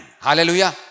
Hallelujah